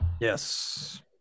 Yes